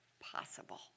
possible